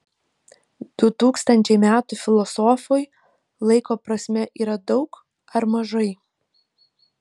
du tūkstančiai metų filosofui laiko prasme yra daug ar mažai